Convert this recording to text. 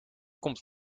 komt